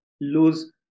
lose